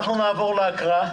נעבור להקראה.